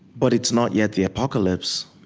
but it's not yet the apocalypse